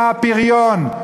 מה הפריון?